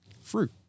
fruit